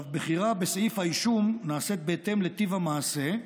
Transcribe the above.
בחירה בסעיף האישום נעשית בהתאם לטיב המעשה,